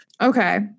Okay